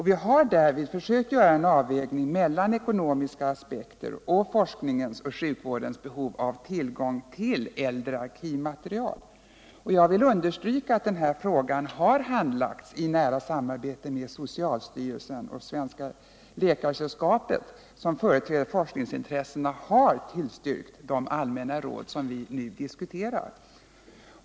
Vi har därvid försökt göra en avvägning mellan ekonomiska aspekter och forskningens och sjukvårdens behov av tillgång till äldre arkivmaterial. Jag vill understryka att den här frågan har handlagts i nära samarbete med socialstyrelsen och Svenska läkaresällskapet, som företräder forskningsintressena. Dessa har tillstyrkt de allmänna råd som vi nu diskuterar.